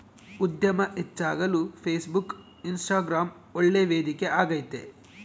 ಉದ್ಯಮ ಹೆಚ್ಚಾಗಲು Facebook, Instagram ಒಳ್ಳೆ ವೇದಿಕೆ ಆಗೈತೆ